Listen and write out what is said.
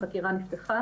החקירה נפתחה